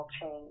change